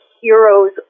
heroes